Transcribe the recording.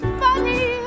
funny